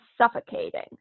suffocating